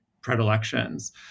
predilections